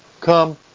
Come